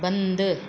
बंदु